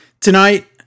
Tonight